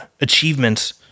achievements